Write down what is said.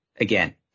again